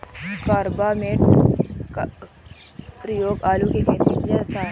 carbamate का प्रयोग आलू के खेत में किया जाता है